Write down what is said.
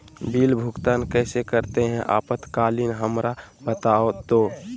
Bill भुगतान कैसे करते हैं आपातकालीन हमरा बताओ तो?